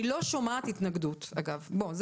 אני לא שומעת התנגדות אגב, בוא.